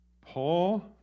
Paul